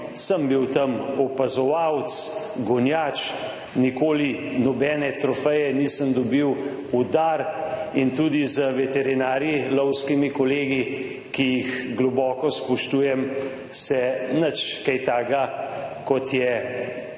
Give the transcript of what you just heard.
sem bil tam opazovalec, gonjač, nikoli nobene trofeje nisem dobil v dar in tudi z veterinarji, lovskimi kolegi, ki jih globoko spoštujem, se nič kaj takega, kot je